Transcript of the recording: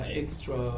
extra